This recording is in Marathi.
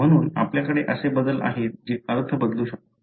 म्हणून आपल्याकडे असे बदल आहेत जे अर्थ बदलू शकतात